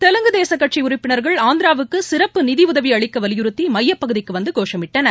தெலுங்கு தேச கட்சி உறுப்பினர்கள் ஆந்திராவுக்கு சிறப்பு நிதி உதவி அளிக்க வலியுறுத்தி மையப் பகுதிக்கு வந்து கோஷமிட்டனர்